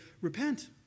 repent